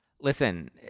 listen